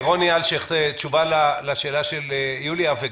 רוני אלשייך, תשובה לשאלה של יוליה מלינובסקי.